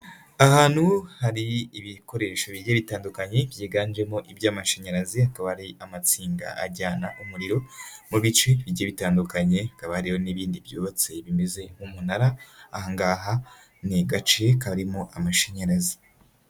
Ahantu hari ibikoresho bijye bitandukanye byiganjemo iby'amashanyarazi, hakaba hari amazinga ajyana umuriro mu bice bigiye bitandukanye, akaba hariyo n'ibindi byubatse bimeze nk'umunara, aha ngaha ni agace karimo amashanyarazi.